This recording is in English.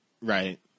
Right